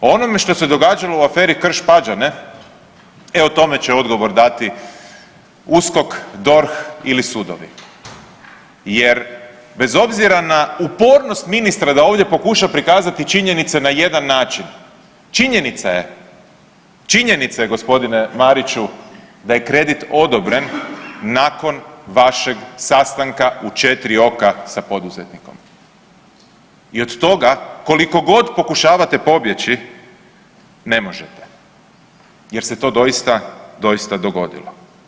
O onome što se događalo u aferi Krš-Pađene, e o tome će odgovor dati USKOK, DORH ili sudovi jer bez obzira na upornost ministra da ovdje pokuša prikazati činjenice na jedan način, činjenica je, činjenica je g. Mariću da je kredit odobren nakon vašeg sastanka u 4 oka sa poduzetnikom i od toga koliko god pokušavate pobjeći ne možete jer se to doista, doista dogodilo.